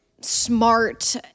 smart